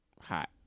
hot